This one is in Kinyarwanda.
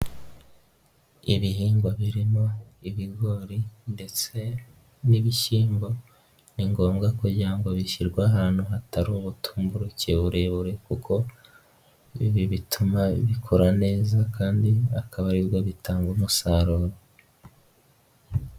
Ibihingwa birimo ibigori ndetse n'ibishyimbo ni ngombwa kugira ngo bishyirwe ahantu hatari ubutumburuke burebure kuko ibi bituma bikora neza kandi akaba aribwo bitanga umusaruro.